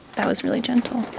that was really gentle.